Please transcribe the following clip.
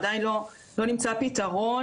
עדיין לא נמצא פתרון.